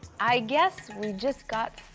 i guess we just got